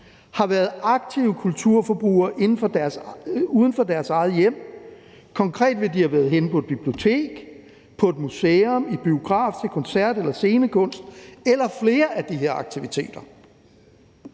har været aktive kulturforbrugere uden for deres eget hjem, ved at de har været henne på et bibliotek, på et museum, i biografen, til koncert eller set scenekunst eller har været til flere af de her aktiviteter.